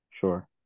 sure